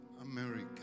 America